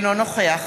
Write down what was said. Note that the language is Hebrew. אינו נוכח